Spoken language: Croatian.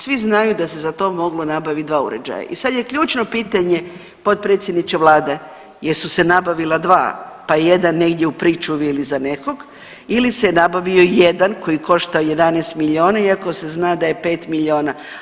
Svi znaju da se za to moglo nabaviti dva uređaja i sad je ključno pitanje potpredsjedniče vlade jesu se nabavila dva pa je jedan negdje u pričuvi ili za nekog ili se nabavio jedan koji košta 11 miliona iako se zna da je 5 miliona.